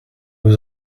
was